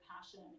passion